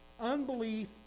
Unbelief